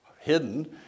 hidden